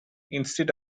instead